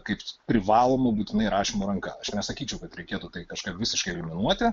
kaip privalomo būtinai rašymo ranka aš nesakyčiau kad reikėtų tai kažką visiškai eliminuoti